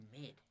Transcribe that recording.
mid